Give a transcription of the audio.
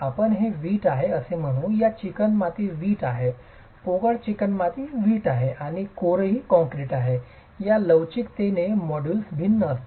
आपण हे विट आहे असे म्हणू या ही चिकणमाती वीट आहे पोकळ चिकणमाती वीट आहे आणि कोरही काँक्रीट आहे या लवचिकतेचे मॉड्यूलस भिन्न असतील